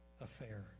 affair